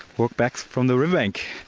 walk back from the river bank.